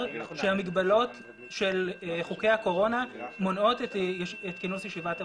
שהמגבלות של חוקי הקורונה מונעות את תקינות ישיבת המועצה.